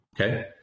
Okay